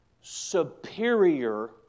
superior